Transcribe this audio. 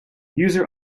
user